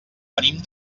venim